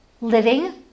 Living